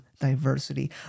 diversity